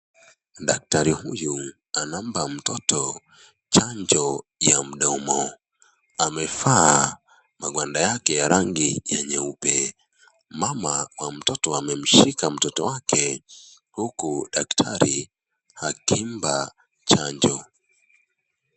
Daktari huyu anampa mtoto chanjo ya mdomo, amevaa magwanda yake ya rangi ya nyeupe, mama ya mtoto amemshika mtoto wake, huku daktari akimpa chanjo.